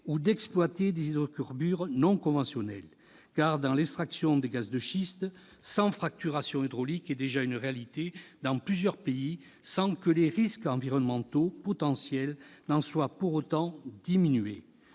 ou d'exploiter des hydrocarbures non conventionnels. Car l'extraction du gaz de schiste sans fracturation hydraulique est déjà une réalité dans plusieurs pays, sans que les risques et dégâts environnementaux potentiels en soient pour autant diminués.